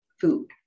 food